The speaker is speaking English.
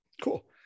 Cool